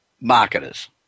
marketers